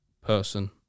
person